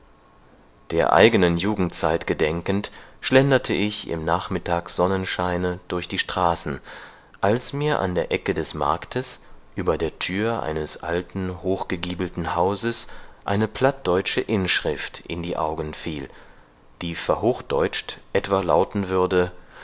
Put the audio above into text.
der eigenen jugendzeit gedenkend schlenderte ich im nachmittagssonnenscheine durch die straßen als mir an der ecke des marktes über der tür eines alten hochgegiebelten hauses eine plattdeutsche inschrift in die augen fiel die verhochdeutscht etwa lauten würde